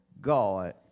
God